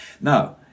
Now